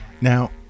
Now